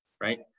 right